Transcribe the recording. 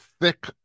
thick